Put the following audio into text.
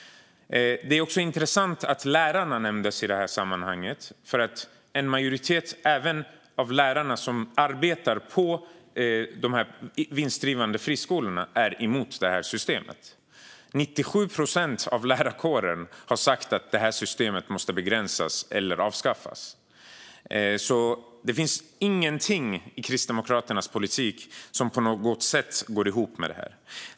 Det är också intressant att lärarna nämndes i det här sammanhanget. En majoritet även av de lärare som arbetar på vinstdrivande friskolor är emot det här systemet. 97 procent av lärarkåren har sagt att det här systemet måste begränsas eller avskaffas. Det finns alltså ingenting i Kristdemokraternas politik som på något sätt går ihop med detta.